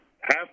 half